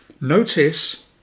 Notice